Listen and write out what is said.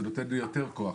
זה נותן לי יותר כוח,